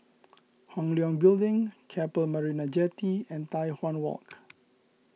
Hong Leong Building Keppel Marina Jetty and Tai Hwan Walk